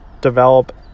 develop